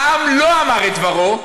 העם לא אמר את דברו,